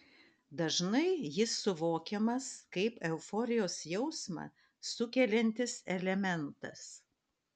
dažnai jis suvokiamas kaip euforijos jausmą sukeliantis elementas